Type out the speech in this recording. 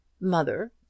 mother